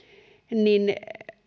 niin